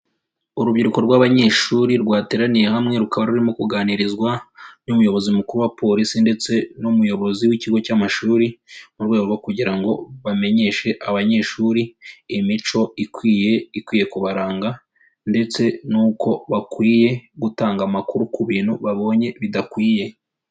Urubyiruko rw'abanyeshuri rwateraniye hamwe, rukaba rurimo kuganirizwa n'umuyobozi mukuru wa polisi ndetse n'umuyobozi w'ikigo cy'amashuri, mu rwego rwo kugira ngo bamenyeshe abanyeshuri imico ikwiye, ikwiye kubaranga ndetse n'uko bakwiye gutanga amakuru ku bintu babonye bidakwiye.